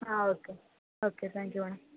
okay okay thank you అండి